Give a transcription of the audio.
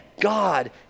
God